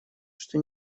что